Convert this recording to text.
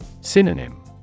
Synonym